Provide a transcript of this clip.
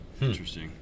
Interesting